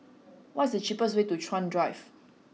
what is the cheapest way to Chuan Drive